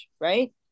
right